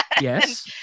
yes